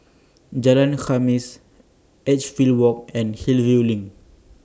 Jalan Khamis Edgefield Walk and Hillview LINK